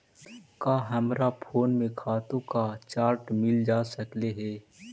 का हमरा फोन में खातों का चार्ट मिल जा सकलई हे